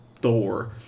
Thor